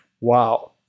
Wow